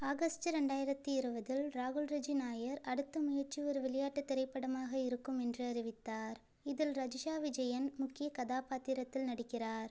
August ரெண்டாயிரத்து இருபதில் ராகுல் ரிஜி நாயர் அடுத்த முயற்சி ஒரு விளையாட்டு திரைப்படமாக இருக்கும் என்று அறிவித்தார் இதில் ரஜிஷா விஜயன் முக்கிய கதாபாத்திரத்தில் நடிக்கிறார்